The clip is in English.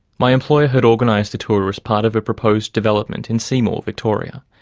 my employer had organised a tour as part of a proposed development in seymour, victoria.